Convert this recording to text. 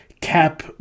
cap